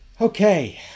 Okay